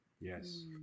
yes